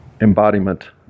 embodiment